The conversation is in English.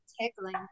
tickling